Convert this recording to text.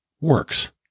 works